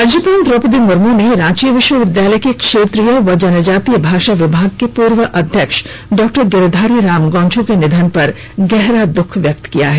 राज्यपाल द्रौपदी मुर्मू ने रांची विश्वविद्यालय के क्षेत्रीय व जनजातीय भाषा विभाग के पूर्व अध्यक्ष डॉ गिरिधारी राम गौंझू के निधन पर गहरा दूःख व्यक्त किया है